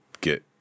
get –